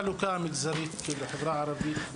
איך קורית החלוקה המגזרית עם החברה הערבית?